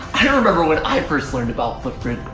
i remember when i first learned about flipgrid,